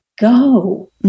go